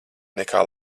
nekā